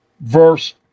verse